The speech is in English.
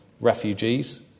Refugees